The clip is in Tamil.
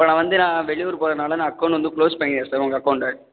இப்போ நான் வந்து நான் வெளியூர் போகறனால நான் அகௌண்டு வந்து குளோஸ் பண்ணிடுறேன் சார் உங்கள் அகௌண்டை